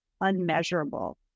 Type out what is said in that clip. unmeasurable